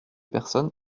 personnes